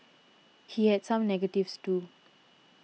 he had some negatives too